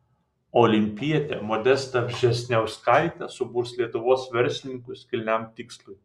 olimpietė modesta vžesniauskaitė suburs lietuvos verslininkus kilniam tikslui